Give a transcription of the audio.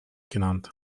genannt